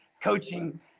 coaching